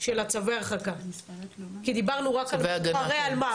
על צווי ההגנה, כי דיברנו רק על משוחררי אלמ"ב.